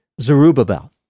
Zerubbabel